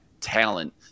talent